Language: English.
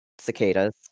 Cicadas